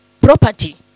property